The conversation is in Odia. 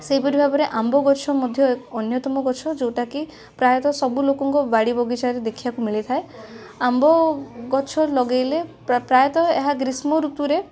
ସେଇପରି ଭାବରେ ଆମ୍ବଗଛ ମଧ୍ୟ ଅନ୍ୟତମ ଗଛ ଯେଉଁଟାକି ପ୍ରାୟତଃ ସବୁ ଲୋକଙ୍କର ବାଡ଼ି ବଗିଚାରେ ଦେଖିବାକୁ ମିଳିଥାଏ ଆମ୍ବଗଛ ଲଗାଇଲେ ପ୍ରାୟତଃ ଏହା ଗ୍ରୀଷ୍ମ ଋତୁରେ